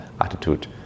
attitude